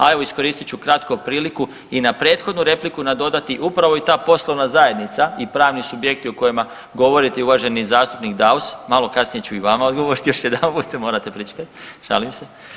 A evo iskoristit ću kratko priliku i na prethodnu repliku nadodati, upravo i ta poslovna zajednica i pravni subjekti o kojima govorite uvaženi zastupnik Daus, malo kasnije ću i vama odgovorit još jedanput, morate pričekat, šalim se.